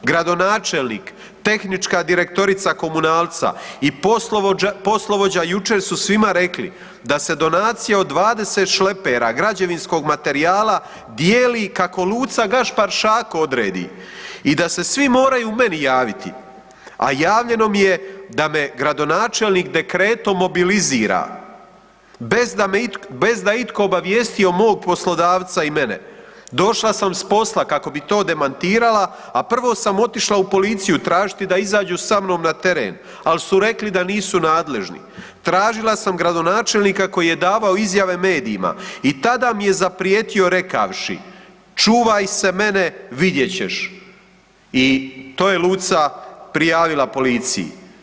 Gradonačelnik, tehnička direktorica Komunalca i poslovođa jučer su svima rekli da se donacije od 20 šlepera građevinskog materijala dijeli kako Luca Gašpar Šako odredi i da se svi moraju meni javiti, a javljeno mi je da me gradonačelnik dekretom mobilizira bez da itko obavijestio mog poslodavca i mene, došla sam s posla kako bi to demantirala a prvo sam otišla u policiju tražiti da izađu sa mnom na teren ali su rekli da nisu nadležni, tražila sam gradonačelnika koji je davao izjave medijima i tada mi je zaprijetio rekavši „Čuvaj se mene, vidjet ćeš“, i to je Luca prijavila policiji.